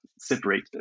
separate